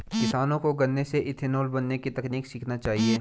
किसानों को गन्ने से इथेनॉल बनने की तकनीक सीखना चाहिए